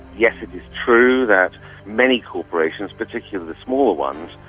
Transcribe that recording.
yes, it is true that many corporations, particularly the smaller ones,